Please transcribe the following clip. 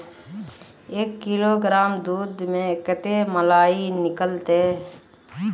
एक किलोग्राम दूध में कते मलाई निकलते?